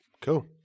Cool